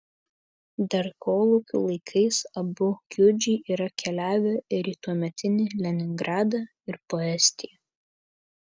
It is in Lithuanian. dar kolūkių laikais abu kiudžiai yra keliavę ir į tuometį leningradą ir po estiją